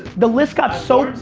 the list got so